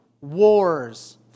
wars